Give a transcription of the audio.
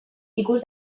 ikus